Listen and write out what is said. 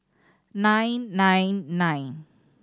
nine nine nine